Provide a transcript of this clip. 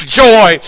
joy